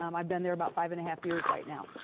um i've been there about five and a half years right now.